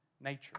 nature